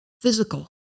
physical